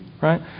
Right